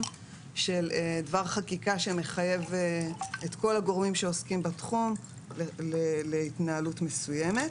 של דבר חקיקה שמחייב את כל הגורמים שעוסקים בתחום להתנהלות מסוימת.